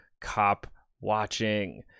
cop-watching